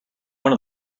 one